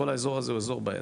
כל האזור הזה הוא אזור בעייתי.